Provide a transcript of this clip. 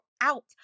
out